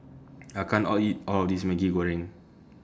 I can't All eat All of This Maggi Goreng